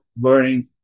learning